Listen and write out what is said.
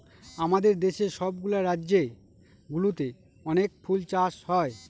আমাদের দেশের সব গুলা রাজ্য গুলোতে অনেক ফুল চাষ হয়